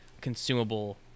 consumable